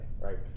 right